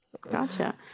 gotcha